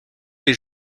les